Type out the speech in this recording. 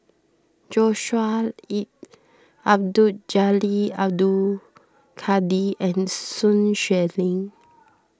Joshua Ip Abdul Jalil Abdul Kadir and Sun Xueling